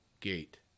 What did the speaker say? gate